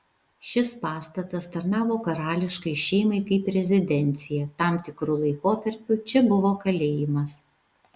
šis pastatas tarnavo karališkai šeimai kaip rezidencija tam tikru laikotarpiu čia buvo kalėjimas